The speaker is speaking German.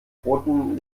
rotem